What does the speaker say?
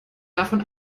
davon